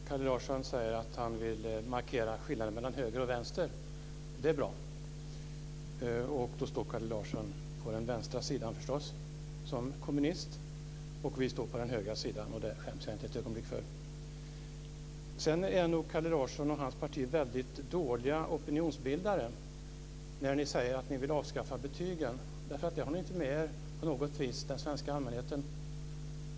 Fru talman! Kalle Larsson säger att han vill markera skillnaden mellan höger och vänster. Det är bra. Då står förstås Kalle Larsson som kommunist på den vänstra sidan, och vi står på den högra sidan. Och det skäms jag inte ett ögonblick för. Kalle Larsson och hans parti är nog väldigt dåliga opinionsbildare. Ni säger att ni vill avskaffa betygen. Men ni har inte på något vis med er den svenska allmänheten.